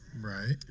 right